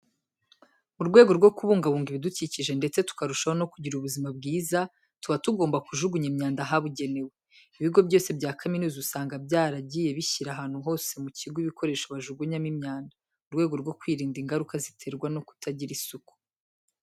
Mu rwego rwo kubungabunga ibidukikije ndetse tukarushaho no kugira ubuzima bwiza, tuba tugomba kujugunya imyanda ahabugenewe. Ibigo byose bya kaminuza, usanga byaragiye bishyira ahantu hose mu kigo ibikoresho bajugunyamo imyanda, mu rwego rwo kwirinda ingaruka ziterwa no kutagira isuku.